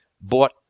bought